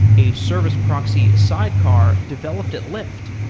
a service proxy sidecar developed at lyft.